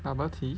bubble tea